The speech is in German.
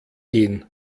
gehen